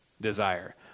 desire